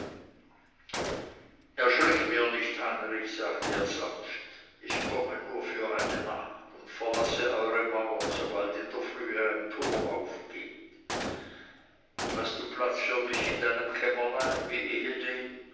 erschrick mir nicht heinrich sagte er sanft ich komme nur für eine nacht und verlasse eure mauern sobald in der frühe ein tor aufgeht hast du platz für mich in deinem kämmerlein wie